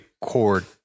cord